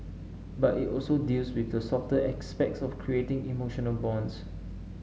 but it also deals with the softer aspects of creating emotional bonds